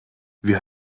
wir